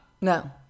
No